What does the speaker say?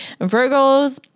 Virgos